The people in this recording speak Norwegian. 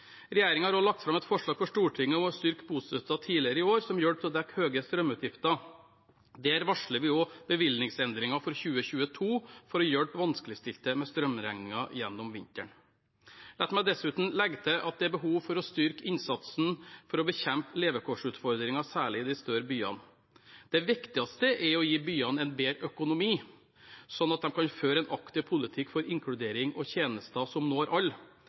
har også lagt fram et forslag for Stortinget tidligere i år om å styrke bostøtten, som hjelp til å dekke høye strømutgifter. Der varsler vi også bevilgningsendringer for 2022 for å hjelpe vanskeligstilte med strømregningen gjennom vinteren. La meg dessuten legge til at det er behov for å styrke innsatsen for å bekjempe levekårsutfordringer, særlig i de større byene. Det viktigste er å gi byene en bedre økonomi, sånn at de kan føre en aktiv politikk for inkludering og tjenester som når